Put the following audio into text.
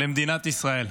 למדינת ישראל.